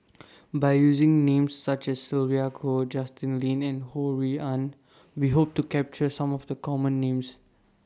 By using Names such as Sylvia Kho Justin Lean and Ho Rui An We Hope to capture Some of The Common Names